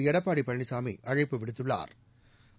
எடப்பாடி பழனிசாமி அழைப்பு விடுத்துள்ளா்